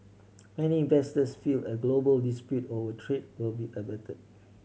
many investors feel a global dispute over trade will be avert